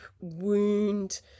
wound